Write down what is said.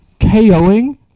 KOing